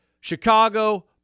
Chicago